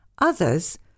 Others